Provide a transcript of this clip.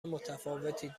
متفاوتی